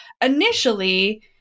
initially